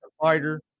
fighter